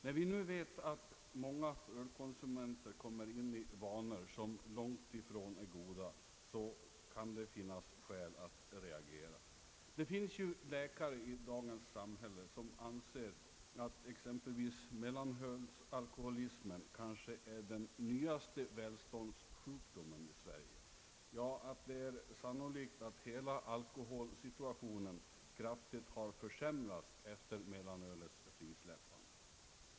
När vi då vet att många ölkonsumenter kommer in i vanor, som långt ifrån är goda, har man skäl att reagera. Det finns läkare som anser att exempelvis mellanölsalkoholismen kanske är den nyaste välståndssjukdomen i Sverige. Ja, det är sannolikt att hela alkoholsituationen kraftigt har försämrats efter mellanölets frisläppande.